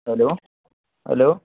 hello hello